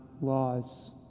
laws